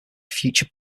future